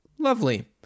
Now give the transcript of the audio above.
Lovely